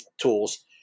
tools